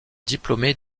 diplômé